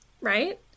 Right